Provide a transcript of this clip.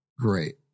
great